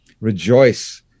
rejoice